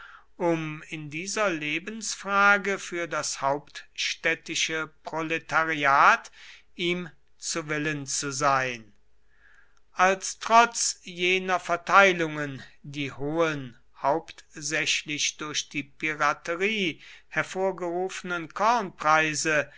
um in dieser lebensfrage für das hauptstädtische proletariat ihm zu willen zu sein als trotz jener verteilungen die hohen hauptsächlich durch die piraterie hervorgerufenen kornpreise